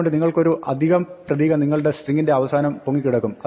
അതുകൊണ്ട് നിങ്ങൾക്കൊരു അധിക പ്രതീകം നിങ്ങളുടെ സ്ട്രിങ്ങിന്റെ അവസാനം പൊങ്ങിക്കിടക്കും